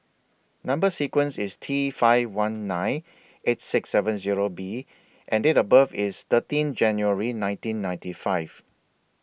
Number sequence IS T five one nine eight six seven Zero B and Date of birth IS thirteen January nineteen ninety five